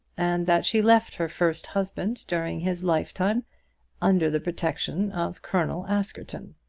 and that she left her first husband during his lifetime under the protection of colonel askerton.